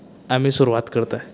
आमी सुरवात करताय